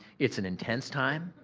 it's an intense time.